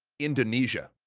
indonesia.